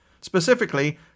Specifically